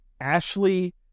Ashley